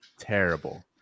Terrible